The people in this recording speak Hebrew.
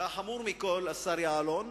והחמור מכול, השר יעלון,